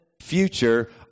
future